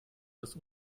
dass